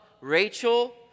Rachel